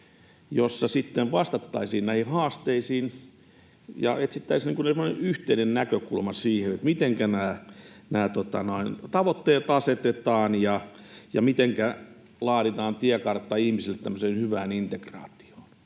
sitten vastattaisiin näihin haasteisiin ja etsittäisiin semmoinen yhteinen näkökulma siihen, mitenkä nämä tavoitteet asetetaan ja mitenkä laaditaan tiekartta ihmisille tämmöiseen hyvään integraatioon?